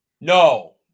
No